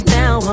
now